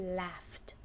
laughed